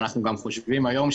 ואנחנו גם חושבים היום,